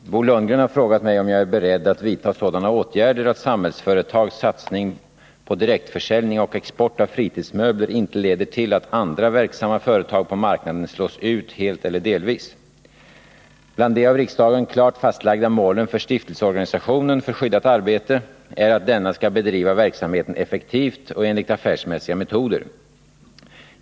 Herr talman! Bo Lundgren har frågat mig om jag är beredd att vidta sådana åtgärder att Samhällsföretags satsning på direktförsäljning och export av fritidsmöbler inte leder till att andra verksamma företag på marknaden slås ut helt eller delvis. Bland de av riksdagen klart fastlagda målen för stiftelseorganisationen för skyddat arbete är att denna skall bedriva verksamheten effektivt och enligt affärsmässiga metoder.